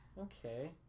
Okay